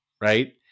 Right